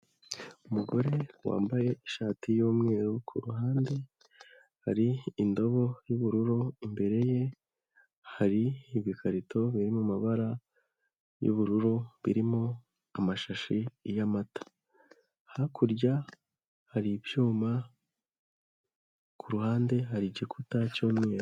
Umugore wambaye ishati y'umweru, ku ruhande hari indobo y'ubururu, imbere ye hari ibikarito biri mu mabara y'ubururu birimo amashashi y'amata, hakurya hari ibyuma, ku ruhande hari igikuta cy'umweru.